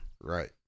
Right